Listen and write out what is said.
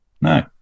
No